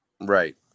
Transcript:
right